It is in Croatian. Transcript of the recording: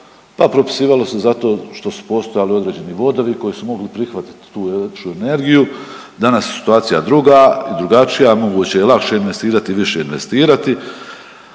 Pa propisivalo se zato što su postojali određeni bodovi koji su mogli prihvatiti tu električnu energiju, danas je situacija druga i drugačija, moguće je lakše investirati i više investirati.